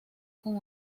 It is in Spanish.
con